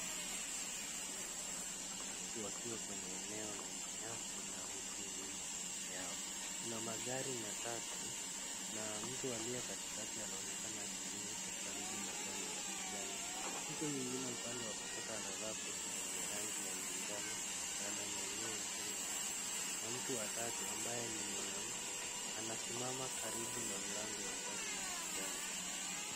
Ni watu watatu wakiwa kwenye eneo la manyasi na miti nyuma yao. Kuna magari matatu na mtu aliye katikati anaonekana akizunguka karibu na gari la kijani. Mtu mwingine upande wa kushoto amevaa koti lenye rangi ya manjano na ananyanyua mkono wake. Na mtu wa tatu ambaye ni mwanamke anasimama karibu na mlango wa gari la kijani.